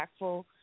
impactful